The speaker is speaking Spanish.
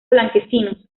blanquecinos